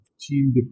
team